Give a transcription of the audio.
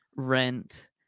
rent